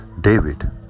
David